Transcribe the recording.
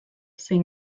zein